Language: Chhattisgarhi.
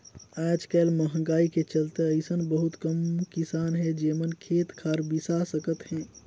आयज कायल मंहगाई के चलते अइसन बहुत कम किसान हे जेमन खेत खार बिसा सकत हे